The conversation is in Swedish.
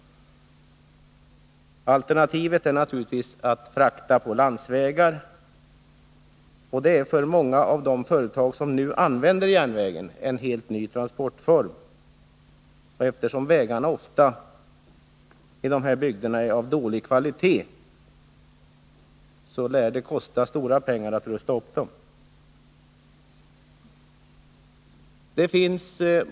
Alternativet är naturligtvis att frakta på landsväg, men det är för många av de företag som nu använder järnvägen en helt ny transportform. Eftersom vägarna i de här bygderna ofta är av dålig kvalitet, torde det också kosta stora summor att rusta upp dem.